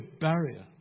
barrier